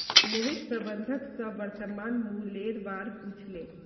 मोहित प्रबंधक स वर्तमान मूलयेर बा र पूछले